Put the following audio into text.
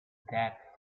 that